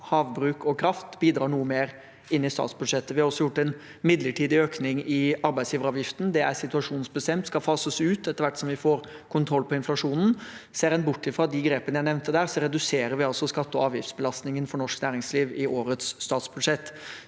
havbruk og kraft – bidrar noe mer inn i statsbudsjettet. Vi har også gjort en midlertidig økning i arbeidsgiveravgiften, som er situasjonsbestemt og skal fases ut etter hvert som vi får kontroll på inflasjonen. Ser en bort fra de grepene jeg nevnte der, reduserer vi altså skatte- og avgiftsbelastningen for norsk næringsliv i årets statsbudsjett,